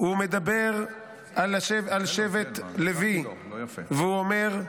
הוא מדבר על שבט לוי, והוא אומר: